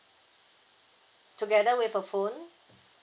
together with a phone